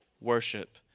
worship